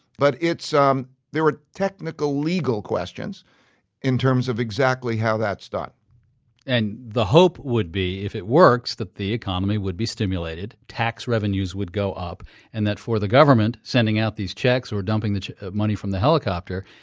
but um there are technical legal questions in terms of exactly how that's done and the hope would be if it works, that the economy would be stimulated, tax revenues would go up and that for the government sending out these checks or dumping the money from the helicopter,